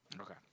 Okay